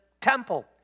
temple